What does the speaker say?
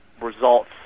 results